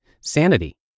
sanity